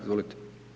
Izvolite.